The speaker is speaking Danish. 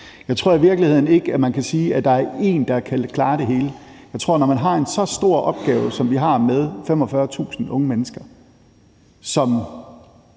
Jeg tror i virkeligheden ikke, man kan sige, at der er en, der kan klare det hele. Jeg tror, at når man har en så stor opgave, som vi har med 45.000 unge mennesker, som